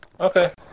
Okay